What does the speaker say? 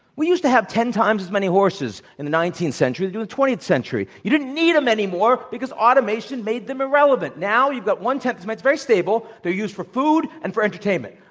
we used to have ten times as many horses in the nineteenth century the twentieth century. you don't need them anymore because automation made them irrelevant. now you've got one-tenth um it's very stable. they're used for food and for entertainment.